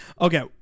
Okay